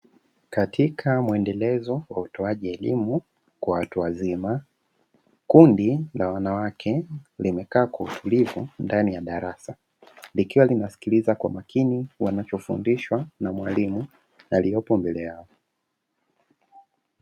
Katika muendelezo la utoaji elimu kwa watu wazima, kundi la wanawake limekaa kwa utulivu ndani ya darasa, likiwa linasikiliza kwa makini, wanachofundishwa na Mwalimu aliyopo mbele yao.